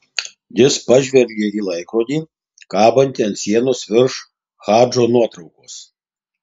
jis pažvelgė į laikrodį kabantį ant sienos virš hadžo nuotraukos